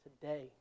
today